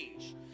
change